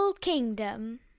Kingdom